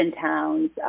towns